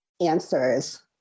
answers